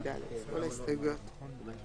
ההסתייגויות לא התקבלו.